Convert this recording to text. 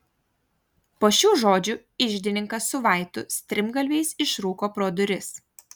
po šių žodžių iždininkas su vaitu strimgalviais išrūko pro duris